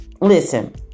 listen